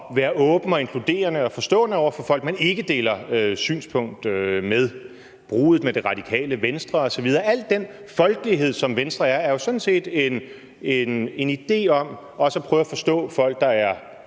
være åben og inkluderende og forstående over for folk, man ikke deler synspunkt med. Bruddet med Det Radikale Venstre osv., ja, al den folkelighed, som Venstre repræsenterer, bunder jo sådan set i en idé om også at prøve at forstå folk, der er